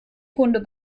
kunde